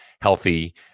healthy